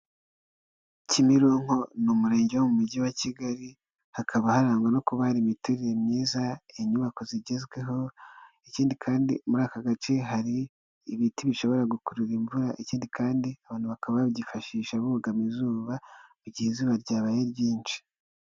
Kimironko ni umurenge wo mu mujyi wa Kigali, hakaba harangwa no kuba hari imiterere myiza, inyubako zigezweho ikindi kandi muri aka gace hari ibiti bishobora gukurura imvura ikindi kandi abantu bakaba babyifashisha bugama izuba igihe izuba ryabaye ryinshi.